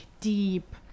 deep